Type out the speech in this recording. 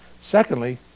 Secondly